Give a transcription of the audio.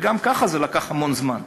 וגם כך זה לקח המון זמן.